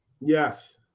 yes